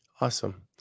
Awesome